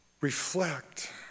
reflect